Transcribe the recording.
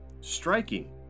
striking